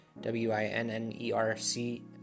w-i-n-n-e-r-c